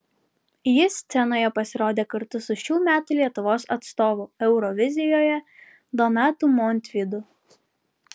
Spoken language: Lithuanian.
ji scenoje pasirodė kartu su šių metų lietuvos atstovu eurovizijoje donatu montvydu